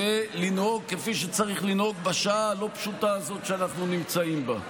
ולנהוג כפי שצריך לנהוג בשעה הלא-פשוטה הזאת שאנחנו נמצאים בה.